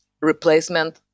replacement